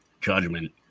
judgment